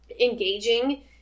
engaging